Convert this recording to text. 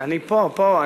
אני פה, פה.